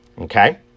Okay